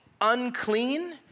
unclean